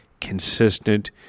consistent